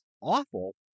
awful